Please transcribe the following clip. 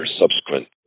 subsequent